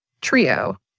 trio